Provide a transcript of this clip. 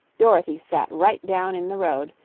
dorothy sat right down in the road,